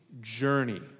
journey